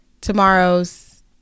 tomorrow's